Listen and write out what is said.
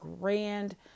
grand